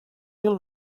mil